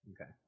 Okay